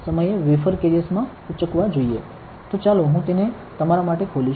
તો ચાલો હું તેને તમારા માટે ખોલીશ